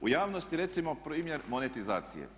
U javnosti recimo primjer monetizacije.